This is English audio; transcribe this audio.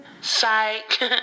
Psych